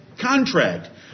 contract